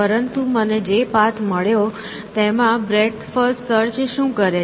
પરંતુ મને જે પાથ મળ્યો છે તેમાં બ્રેડ્થ ફર્સ્ટ સર્ચ શું કરે છે